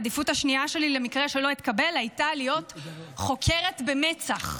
העדיפות השנייה שלי למקרה שלא אתקבל הייתה להיות חוקרת במצ"ח.